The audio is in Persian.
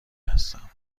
هستم